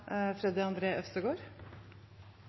Freddy André Øvstegård.